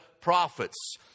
prophets